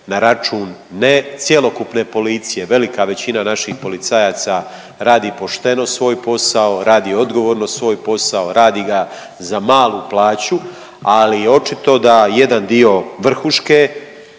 na račun ne cjelokupne policije, velika većina naših policajaca radi pošteno svoj posao, radi odgovorno svoj posao, radi ga za malu plaću. Ali je očito da jedan dio vrhuške